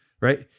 right